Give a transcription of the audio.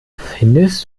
findest